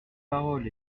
parole